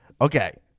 okay